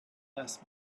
less